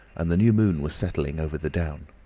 and the new moon was setting over the down.